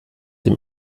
dem